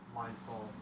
mindful